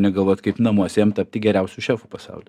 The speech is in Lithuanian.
negalvot kaip namuose jam tapti geriausiu šefu pasauly